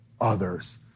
others